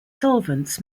solvents